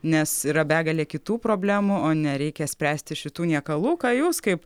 nes yra begalė kitų problemų o nereikia spręsti šitų niekalų ką jūs kaip